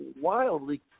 wildly